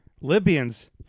Libyans